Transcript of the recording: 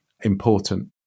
important